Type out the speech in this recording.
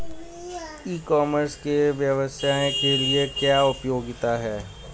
ई commerce के व्यवसाय के लिए क्या उपयोगिता है?